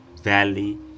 Valley